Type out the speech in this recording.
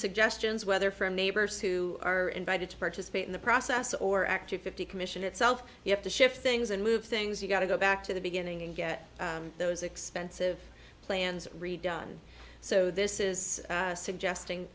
suggestions whether from neighbors who are invited to participate in the process or actually fifty commission itself you have to shift things and move things you've got to go back to the beginning and get those expensive plans redone so this is suggesting